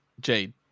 Jade